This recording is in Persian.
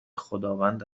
خداوند